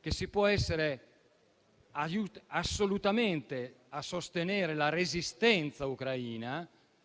che si può essere assolutamente e doverosamente a sostegno della resistenza ucraina,